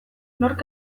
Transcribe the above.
nork